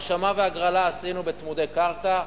הרשמה והגרלה עשינו בצמודי קרקע,